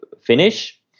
finish